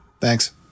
Thanks